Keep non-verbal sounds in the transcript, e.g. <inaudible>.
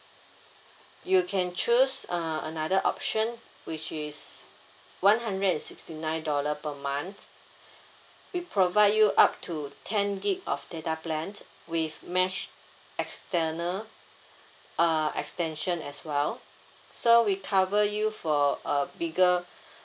you can choose uh another option which is one hundred and sixty nine dollar per month <breath> we provide you up to ten G_B of data plan with mesh external <breath> uh extension as well so we cover you for a bigger <breath>